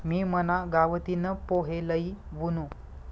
मी मना गावतीन पोहे लई वुनू